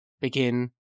begin